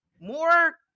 more